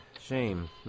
shame